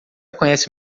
conhece